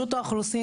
האוכלוסין